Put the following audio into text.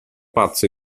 pazzo